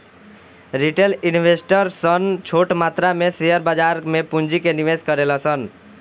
retail investor सन छोट मात्रा में शेयर बाजार में पूंजी के निवेश करेले सन